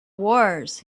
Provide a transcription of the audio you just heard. wars